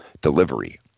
delivery